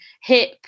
hip